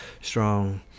strong